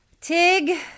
Tig